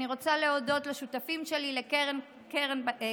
אני רוצה להודות לשותפים שלי: לקרן כצנלסון,